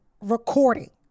recording